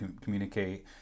communicate